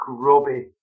grubby